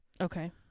okay